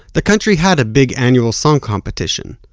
the country had a big annual song competition.